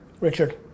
Richard